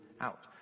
out